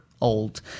old